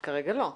לא.